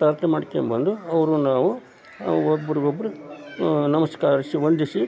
ಪ್ರಾರ್ಥನೆ ಮಾಡ್ಕೊಂಡು ಬಂದು ಅವರು ನಾವು ಒಬ್ಬರಿಗೊಬ್ರು ನಮಸ್ಕರಿಸಿ ವಂದಿಸಿ